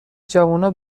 جوونا